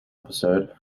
episode